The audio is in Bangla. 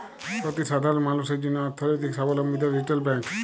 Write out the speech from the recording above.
অতি সাধারল মালুসের জ্যনহে অথ্থলৈতিক সাবলম্বীদের রিটেল ব্যাংক